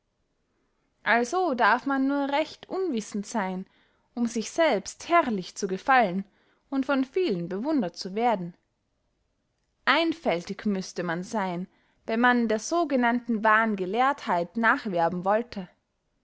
also darf man nur recht unwissend seyn um sich selbst herrlich zu gefallen und von vielen bewundert zu werden einfältig müßte man seyn wenn man der sogenannten wahren gelehrtheit nachwerben wollte